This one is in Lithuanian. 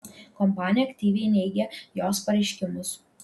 kompanija aktyviai neigia jos pareiškimus